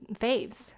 faves